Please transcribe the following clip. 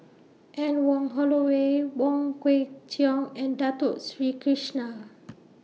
Anne Wong Holloway Wong Kwei Cheong and Dato Sri Krishna